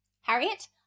Harriet